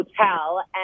hotel